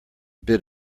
bit